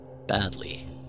badly